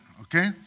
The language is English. okay